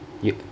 ya